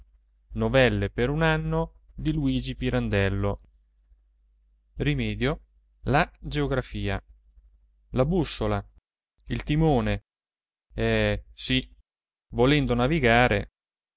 nastri da corona mortuaria rimedio la geografia la bussola il timone eh sì volendo navigare